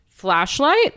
Flashlight